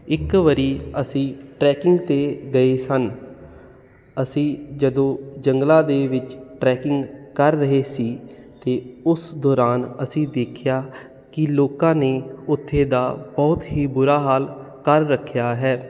ਇੱਕ ਵਾਰੀ ਅਸੀਂ ਟਰੈਕਿੰਗ 'ਤੇ ਗਏ ਸਨ ਅਸੀਂ ਜਦੋਂ ਜੰਗਲਾਂ ਦੇ ਵਿੱਚ ਟਰੈਕਿੰਗ ਕਰ ਰਹੇ ਸੀ ਅਤੇ ਉਸ ਦੌਰਾਨ ਅਸੀਂ ਦੇਖਿਆ ਕਿ ਲੋਕਾਂ ਨੇ ਉੱਥੇ ਦਾ ਬਹੁਤ ਹੀ ਬੁਰਾ ਹਾਲ ਕਰ ਰੱਖਿਆ ਹੈ